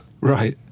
Right